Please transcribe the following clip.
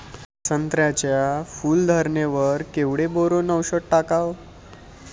संत्र्याच्या फूल धरणे वर केवढं बोरोंन औषध टाकावं?